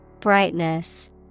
Brightness